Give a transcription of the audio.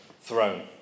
throne